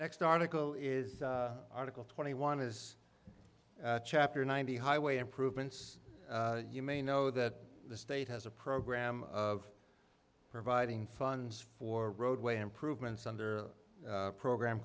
next article is article twenty one is chapter ninety highway improvements you may know that the state has a program of providing funds for roadway improvements under a program